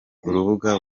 rubuga